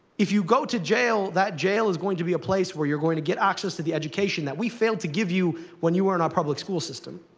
if you go to jail, that jail is going to be a place where you're going to get access to the education that we failed to give you when you are in our public school system,